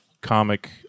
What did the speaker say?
comic